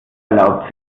erlaubt